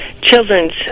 children's